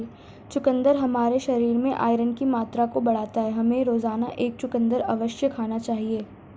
चुकंदर हमारे शरीर में आयरन की मात्रा को बढ़ाता है, हमें रोजाना एक चुकंदर अवश्य खाना चाहिए